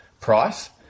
price